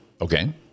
Okay